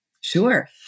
Sure